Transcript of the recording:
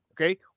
okay